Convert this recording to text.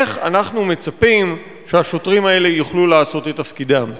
איך אנחנו מצפים שהשוטרים האלה יוכלו לעשות את תפקידם?